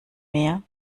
mehr